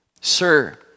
Sir